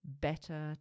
better